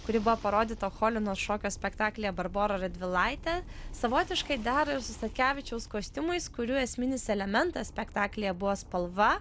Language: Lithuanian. kuri buvo parodyta cholinos šokio spektaklyje barbora radvilaitė savotiškai dera ir su statkevičiaus kostiumais kurių esminis elementas spektaklyje buvo spalva